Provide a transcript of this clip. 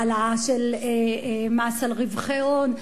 העלאה של מס על רווחי הון,